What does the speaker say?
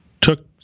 took